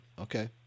Okay